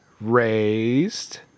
Raised